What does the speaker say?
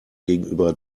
gegenüber